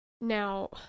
Now